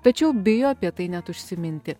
tačiau bijo apie tai net užsiminti